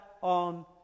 on